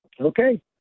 Okay